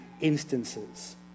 instances